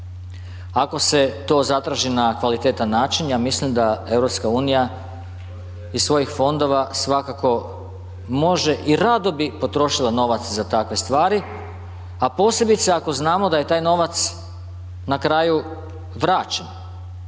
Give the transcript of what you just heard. ako se to zatraži na kvalitetan način ja mislim da EU iz svojih fondova svakako može i rado bi potrošila novac za takve stvari, a posebice ako znamo da je taj novac na kraju vraćen.